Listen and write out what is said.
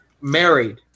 married